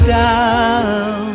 down